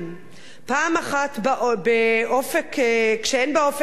פעם אחת כשאין באופק חוק